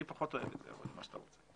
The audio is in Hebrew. אני פחות אוהב את זה, אבל מה שאתה רוצה.